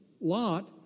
Lot